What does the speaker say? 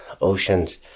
oceans